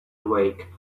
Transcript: awake